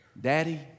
Daddy